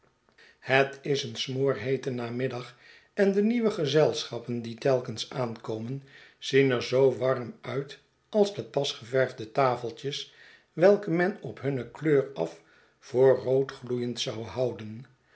het is een smoorheete namiddag endenieuwe gezelschappen die telkens aankomen zien er zoo warm uit als depas geverfde tafeltjes welke men op hunne kleur af voor roodgloeiend zou houden